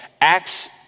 Acts